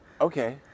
okay